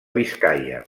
biscaia